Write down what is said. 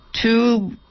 Two